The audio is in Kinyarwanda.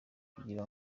kugira